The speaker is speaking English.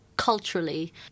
culturally